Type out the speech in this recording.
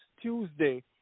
Tuesday